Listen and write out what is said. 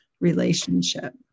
relationship